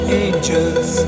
angels